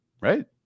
Right